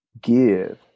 Give